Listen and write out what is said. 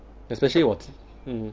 especially 我 hmm